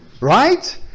Right